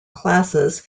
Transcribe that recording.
classes